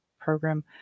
program